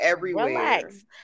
relax